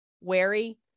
wary